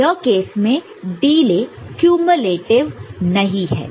तो यह केस में डीले क्यूम्यूलेटिव़ नहीं है